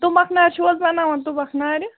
تُمبَکھ نارِ چھو حظ بَناوان تُمبَکھ نارِ